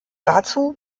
dazu